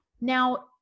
Now